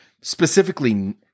specifically –